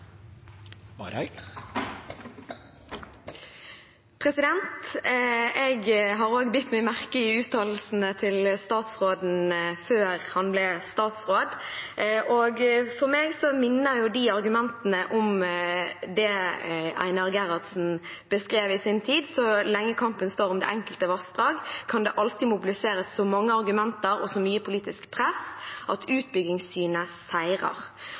Jeg har også bitt meg merke i uttalelsene til statsråden før han ble statsråd, og for meg minner de argumentene om det Einar Gerhardsen beskrev i sin tid: Så lenge kampen står om det enkelte vassdrag, kan det alltid mobiliseres så mange argumenter og så mye politisk press at utbyggingssynet seirer.